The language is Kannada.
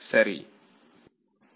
ವಿದ್ಯಾರ್ಥಿ ಸರಿ